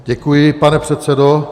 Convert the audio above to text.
Děkuji, pane předsedo.